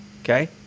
okay